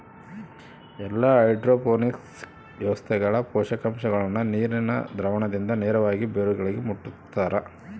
ಎಲ್ಲಾ ಹೈಡ್ರೋಪೋನಿಕ್ಸ್ ವ್ಯವಸ್ಥೆಗಳ ಪೋಷಕಾಂಶಗುಳ್ನ ನೀರಿನ ದ್ರಾವಣದಿಂದ ನೇರವಾಗಿ ಬೇರುಗಳಿಗೆ ಮುಟ್ಟುಸ್ತಾರ